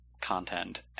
content